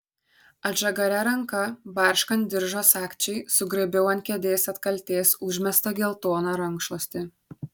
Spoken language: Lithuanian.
atžagaria ranka barškant diržo sagčiai sugraibiau ant kėdės atkaltės užmestą geltoną rankšluostį